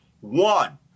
One